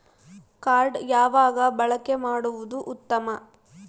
Card ಯಾವಾಗ ಬಳಕೆ ಮಾಡುವುದು ಉತ್ತಮ?